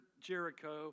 Jericho